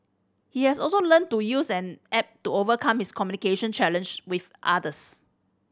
he has also learnt to use an app to overcome his communication challenge with others